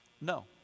No